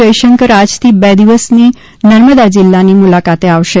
જયશંકર આજથી બે દિવસની નર્મદા જિલ્લાની મુલાકાતે આવશે